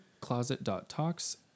closet.talks